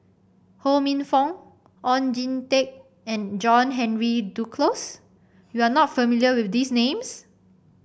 Ho Minfong Oon Jin Teik and John Henry Duclos you are not familiar with these names